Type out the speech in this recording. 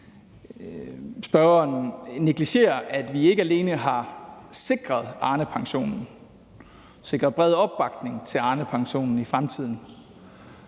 spørgeren negligerer, at vi ikke alene har sikret Arnepensionen og sikret bred opbakning til Arnepensionen i fremtiden,